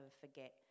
forget